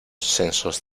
censos